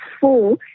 four